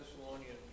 Thessalonians